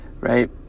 right